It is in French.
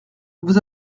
vous